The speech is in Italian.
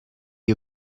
gli